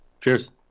Cheers